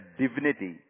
divinity